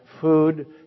food